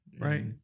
Right